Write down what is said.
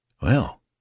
Well